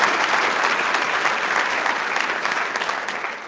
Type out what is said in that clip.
are